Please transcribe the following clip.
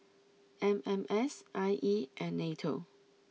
M M S I E and Nato